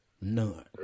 none